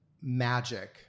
magic